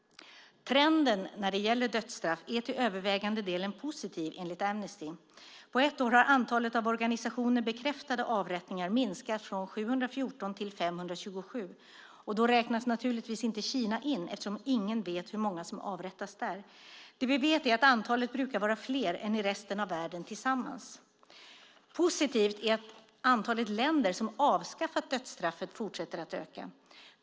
Trenden när det gäller dödsstraff är till övervägande delen positiv, enligt Amnesty. På ett år har antalet av organisationen bekräftade avrättningar minskat från 714 till 527. Då räknas naturligtvis inte Kina in eftersom ingen vet hur många som avrättas där. Det vi vet är att antalet brukar vara större än i resten av världens länder tillsammans. Positivt är att antalet länder som avskaffat dödsstraffet fortsätter att öka.